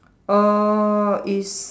err is